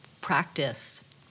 practice